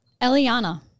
Eliana